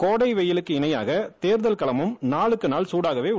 கோடை வெயிலுக்கு இணையாக தேர்தல் களமும் நாளுக்கு நாள் சூடாகவே உள்ளது